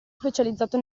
specializzato